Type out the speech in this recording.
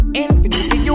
infinity